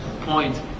point